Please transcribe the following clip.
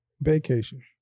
Vacation